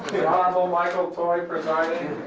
honorable michael toy presiding.